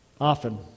Often